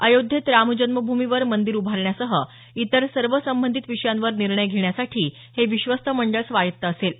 अयोध्येत राम जन्मभूमीवर मंदीर उभारण्यासह इतर सर्व संबंधित विषयांवर निर्णय घेण्यासाठी हे विश्वस्त मंडळ स्वायत्त असेल